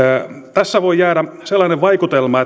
tässä voi jäädä sellainen vaikutelma